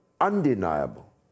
undeniable